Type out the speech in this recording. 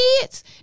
kids